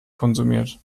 konsumiert